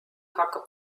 hakkab